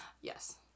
Yes